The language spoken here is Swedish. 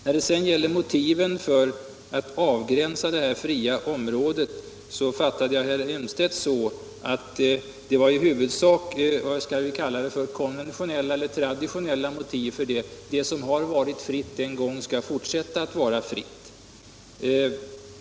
När det sedan gäller motiven för att avgränsa detta fria område uppfattade jag herr Elmstedt så att det här rör sig om konventionella, eller kanske man skall kalla det traditionella motiv: det som en gång har varit fritt skall fortsätta att vara fritt.